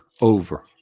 over